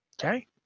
Okay